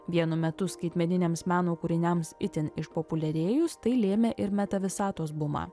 vienu metu skaitmeniniams meno kūriniams itin išpopuliarėjus tai lėmė ir meta visatos bumą